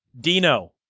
Dino